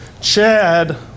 Chad